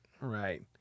Right